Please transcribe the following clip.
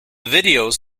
videos